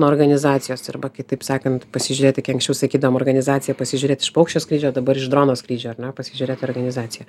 nuo organizacijos arba kitaip sakant pasižiūrėti kai anksčiau sakydavom organizaciją pasižiūrėt iš paukščio skrydžio dabar iš drono skrydžio ar ne pasižiūrėt į organizaciją